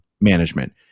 management